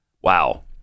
Wow